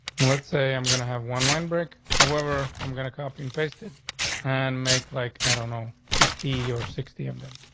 let's say i'm gonna have one line break. however, i'm gonna copy and paste it and make like, i don't know, fifty or sixty of them.